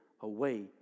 away